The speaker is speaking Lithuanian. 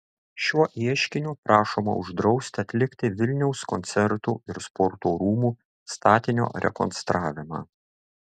šiuo ieškiniu prašoma uždrausti atlikti vilniaus koncertų ir sporto rūmų statinio rekonstravimą